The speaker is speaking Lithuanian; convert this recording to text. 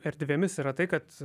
erdvėmis yra tai kad